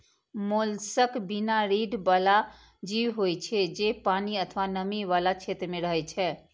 mollusc बिना रीढ़ बला जीव होइ छै, जे पानि अथवा नमी बला क्षेत्र मे रहै छै